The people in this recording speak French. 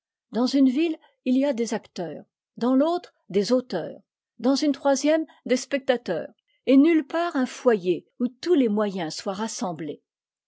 dans une ville il y a des acteurs dans l'autre des auteurs dans une troisième des spectateurs et nulle part un foyer où tous les moyens soient rassemblés